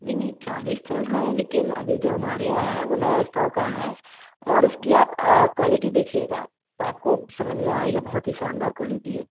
नहीं नहीं चालीस चल रहा है लेकिन अभी जो हमारे यहाँ है वह नया स्टॉक आया है और इसकी आप क्वाॅलिटी देखिएगा तो आपको समझ में आएगा बहुत ही शानदार क्वाॅलिटी है